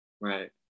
right